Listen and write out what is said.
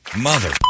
mother